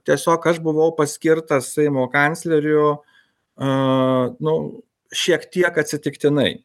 tiesiog aš buvau paskirtas seimo kancleriu a nu šiek tiek atsitiktinai